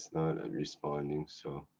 not and responding, so.